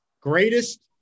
greatest